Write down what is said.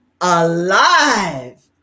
alive